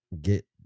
get